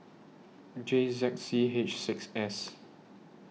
J Z C H six S